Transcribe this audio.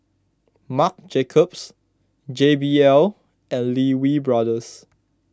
Marc Jacobs J B L and Lee Wee Brothers